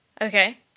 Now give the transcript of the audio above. Okay